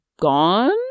gone